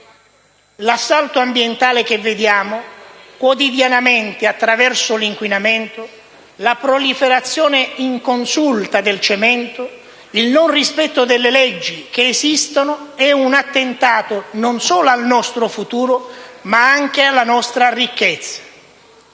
L'assalto ambientale che vediamo quotidianamente attraverso l'inquinamento, la proliferazione inconsulta del cemento e il mancato rispetto delle leggi esistenti è un attentato non solo al nostro futuro, ma anche alla nostra ricchezza.